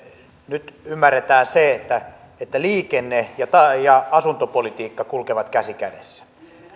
nyt ymmärretään se että että liikenne ja asuntopolitiikka kulkevat käsi kädessä